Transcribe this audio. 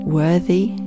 worthy